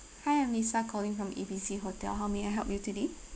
hi I'm lisa calling from A B C hotel how may I help you today